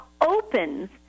opens